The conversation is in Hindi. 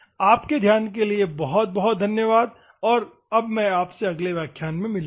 आपके ध्यान के लिए धन्यवाद और मैं आपसे अगले व्याख्यान में मिलूंगा